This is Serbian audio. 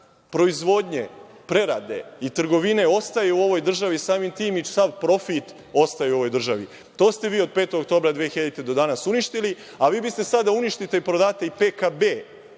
proizvodnje, prerade i trgovine ostaju u ovoj državi, samim tim i sav profit ostaju ovoj državi. To ste vi od 05. oktobra 2000. godine do danas uništili. Vi biste sada da uništite i prodate i PKB,